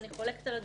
אני חולקת על אדוני.